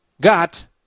got